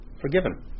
forgiven